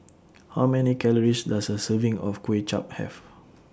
How Many Calories Does A Serving of Kuay Chap Have